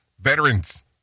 veterans